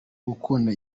gukunda